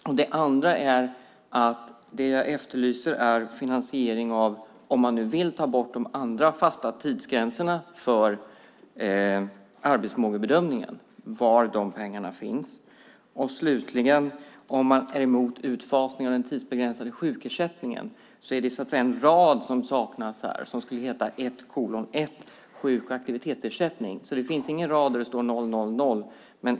Det andra är att jag efterlyser finansiering, om man nu vill ta bort de andra fasta tidsgränserna för arbetsförmågebedömningen. Jag vill veta var de pengarna finns. Slutligen, om man är mot utfasningen av den tidsbegränsade sjukersättningen är det en rad som saknas som skulle heta 1:1, sjuk och aktivitetsersättning. Det finns ingen rad där det står 000.